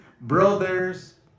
brothers